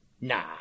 nah